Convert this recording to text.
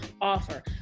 offer